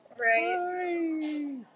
Right